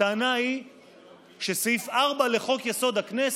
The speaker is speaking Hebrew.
הטענה היא שסעיף 4 לחוק-יסוד: הכנסת,